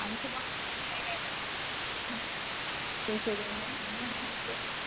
அஞ்சு மாதத்துக்கு இப்போ ஏன் சரி சரிங்க இப்போ